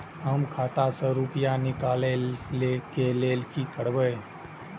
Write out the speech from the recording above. हम खाता से रुपया निकले के लेल की करबे?